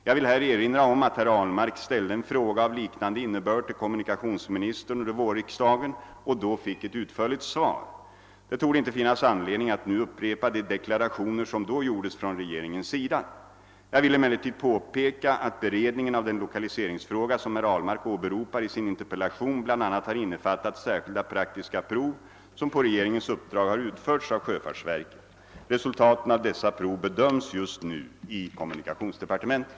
Jag vill här erinra om att herr Ahlmark ställde en fråga av liknande innebörd till kommunikationsministern under vårriksdagen och då fick ett utförligt svar. Det torde inte finnas anledning att nu upprepa de deklarationer som då gjordes från regeringens sida. Jag vill emellertid påpeka att beredningen av den lokaliseringsfråga som herr Ahlmark åberopar i sin interpellation bl.a. har innefattat särskilda praktiska prov, som på regeringens uppdrag har utförts av sjöfartsverket. Resultaten av dessa prov bedöms just nu i kommunikationsdepartementet.